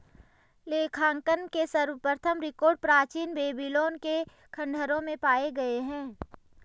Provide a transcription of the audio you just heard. लेखांकन के सर्वप्रथम रिकॉर्ड प्राचीन बेबीलोन के खंडहरों में पाए गए हैं